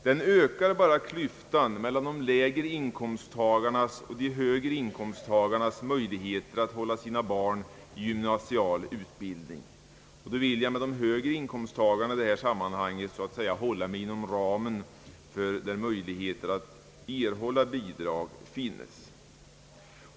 Det ökar bara klyftan mellan de lägre och de högre inkomsttagarnas möjligheter att hålla sina barn i gymnasial utbildning. Med de »högre inkomsttagarna» vill jag i detta sammanhang räkna dem som ligger nära den högsta inkomstgränsen för att erhålla inkomstprövat tillägg.